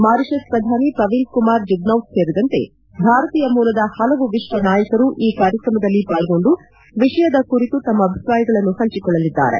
Mauritius ಪ್ರಧಾನಿ ಪ್ರವೀಂದ್ ಕುಮಾರ್ ಜುಗ್ನೌತ್ ಸೇರಿದಂತೆ ಭಾರತೀಯ ಮೂಲದ ಪಲವು ವಿಶ್ವ ನಾಯಕರು ಈ ಕಾರ್ಯಕ್ರಮದಲ್ಲಿ ಪಾಲ್ಗೊಂಡು ವಿಷಯದ ಕುರಿತು ತಮ್ಮ ಅಭಿಪ್ರಾಯಗಳನ್ನು ಪಂಚಿಕೊಳ್ಳಲಿದ್ದಾರೆ